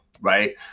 Right